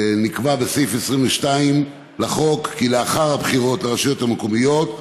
נקבע בסעיף 22 לחוק כי לאחר הבחירות לרשויות המקומיות,